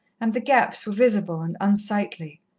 and the gaps were visible and unsightly.